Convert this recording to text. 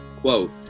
quote